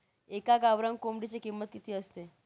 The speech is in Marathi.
एका गावरान कोंबडीची किंमत किती असते?